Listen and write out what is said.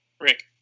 Rick